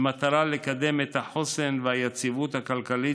במטרה לקדם את החוסן והיציבות הכלכלית